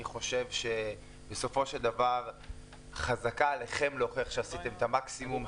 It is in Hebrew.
אני חושב שבסופו של דבר חזקה עליכם להוכיח שעשיתם את המקסימום.